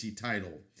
title